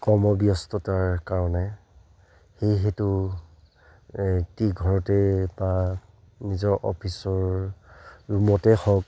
কৰ্মব্যস্ততাৰ কাৰণে সেইহেতু সেহেঁতি ঘৰতে বা নিজৰ অফিচৰ ৰুমতে হওক